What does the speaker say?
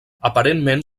aparentment